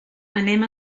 anem